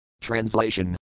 Translation